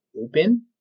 open